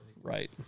right